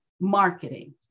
marketing